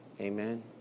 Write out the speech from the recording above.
Amen